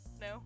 no